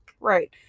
Right